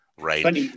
Right